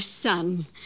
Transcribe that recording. son